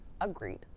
Agreed